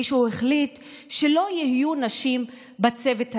מישהו החליט שלא יהיו נשים בצוות הזה.